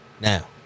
Now